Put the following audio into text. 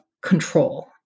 control